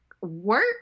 work